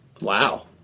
Wow